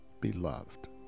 beloved